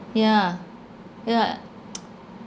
yeah ya